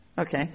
Okay